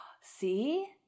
See